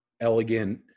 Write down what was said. elegant